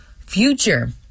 future